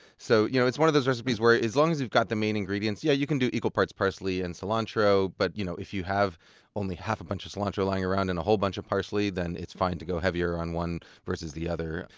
so you know it's one of those recipes where, as long as you've got the main ingredients, yeah you can do equal parts parsley and cilantro. but, you know if you have only half a bunch of cilantro lying around and a whole bunch of parsley, then it's fine to go heavier on one versus the other.